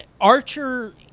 Archer